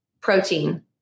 Protein